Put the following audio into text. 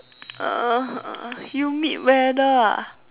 uh humid weather ah